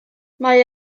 mae